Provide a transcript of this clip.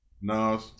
no